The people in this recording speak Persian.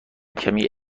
کمی